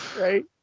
Right